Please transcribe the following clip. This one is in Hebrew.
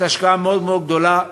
זאת השקעה מאוד מאוד גדולה,